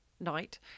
night